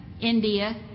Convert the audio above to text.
India